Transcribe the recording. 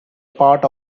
part